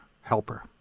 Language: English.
helper